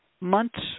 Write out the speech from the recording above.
months